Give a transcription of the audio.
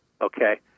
okay